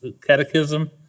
catechism